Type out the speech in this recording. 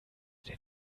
den